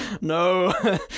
no